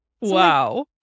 wow